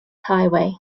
highway